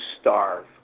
starve